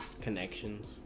Connections